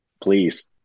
please